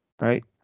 right